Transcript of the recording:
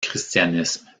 christianisme